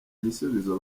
gisubizo